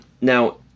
Now